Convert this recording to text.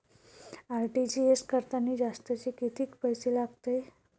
RTGS करतांनी जास्तचे कितीक पैसे लागते?